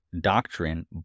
doctrine